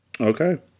Okay